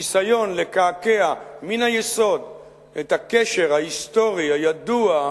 ניסיון לקעקע מן היסוד את הקשר ההיסטורי הידוע,